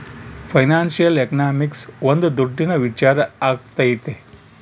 financial economics ಒಂದ್ ದುಡ್ಡಿನ ವಿಚಾರ ಆಗೈತೆ